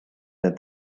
that